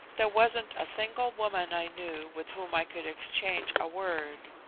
there wasn't a single woman i knew, with whom i could exchange a word.